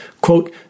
Quote